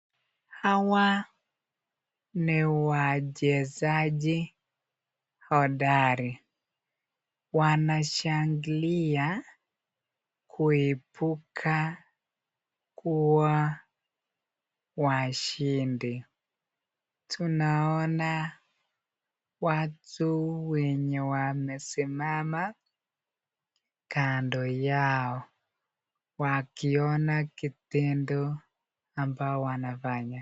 Hawa ni wachezaji hodari wanashangilia kuibuka kubwa washindi. Tunaona watu wenye wamesimama kando yao wakiona kitendo ambayo wanafanya